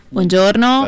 Buongiorno